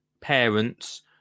parents